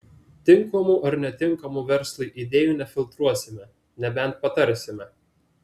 tinkamų ar netinkamų verslui idėjų nefiltruosime nebent patarsime